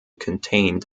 contained